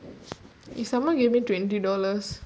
if someone gave me twenty dollars